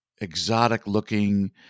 exotic-looking